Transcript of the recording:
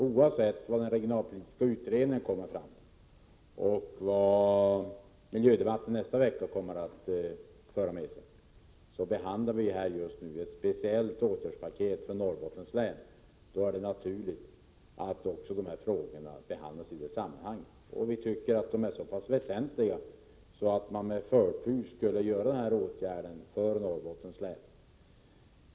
Oavsett vad den regionalpolitiska utredningen kommer fram till och oavsett vad miljödebatten kommer att föra med sig behandlar vi just nu ett speciellt åtgärdspaket för Norrbottens län. Det naturligt att då också behandla dessa frågor i sammanhanget. Vi tycker att de är så pass väsentliga att man med förtur borde vidta de åtgärder för Norrbottens län som vi har föreslagit.